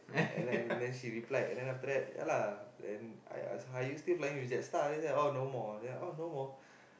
and then then she replied and then after that ya lah then are you still flying with JetStar ah no more oh no more